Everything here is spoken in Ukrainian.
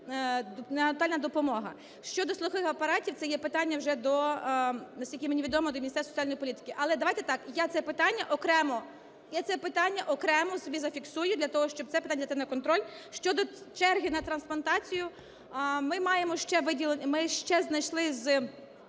перинатальна допомога. Щодо слухових апаратів - це є питання вже до, наскільки мені відомо, до Міністерства соціальної політики. Але давайте так, я це питання окремо собі зафіксую для того, щоб це питання взяти на контроль. Щодо черги на трансплантацію, ми ще знайшли з